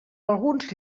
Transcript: alguns